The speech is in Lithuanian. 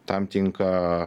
tam tinka